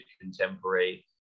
contemporary